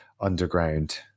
underground